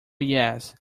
yes